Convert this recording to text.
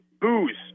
booze